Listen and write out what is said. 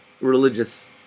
religious